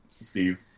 Steve